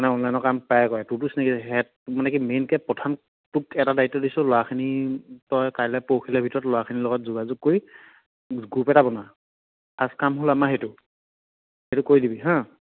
মানে অনলাইনৰ কাম প্ৰায়ে কৰে তোৰতো চিনকি আছে মানে কি মেইনকে প্ৰথম তোক এটা দায়িত্ব দিছোঁ ল'ৰাখিনিক তই কাইলে পৰহিলেৰ ভিতৰত ল'ৰাখিনিৰ লগত যোগাযোগ কৰি গ্ৰুপ এটা বনা ফাৰ্ষ্ট কাম হ'ল আমাৰ সেইটো সেইটো কৰি দিবি হা